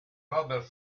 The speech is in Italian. robert